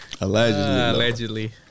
Allegedly